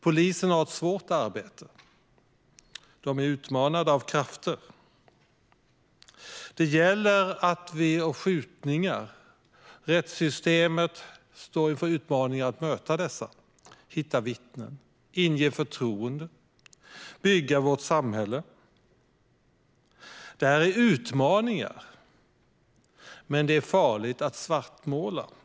Polisen har ett svårt arbete, och man utmanas av krafter. Det gäller bland annat vid skjutningar. Rättssystemet står inför utmaningar att möta dessa skjutningar, att hitta vittnen, att inge förtroende och att bygga vårt samhälle. Detta är utmaningar, men det är farligt att svartmåla.